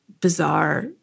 bizarre